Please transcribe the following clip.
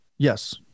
Yes